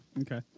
Okay